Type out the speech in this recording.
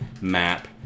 map